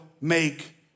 make